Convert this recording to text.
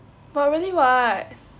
but really [what]